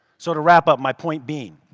sort of wrap up my point be,